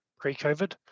pre-COVID